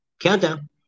Countdown